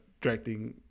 directing